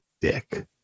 dick